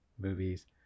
movies